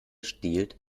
stiehlt